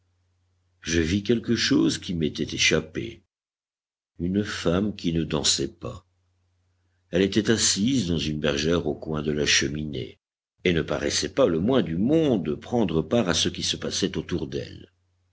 je vis quelque chose qui m'était échappé une femme qui ne dansait pas elle était assise dans une bergère au coin de la cheminée et ne paraissait pas le moins du monde prendre part à ce qui se passait autour d'elle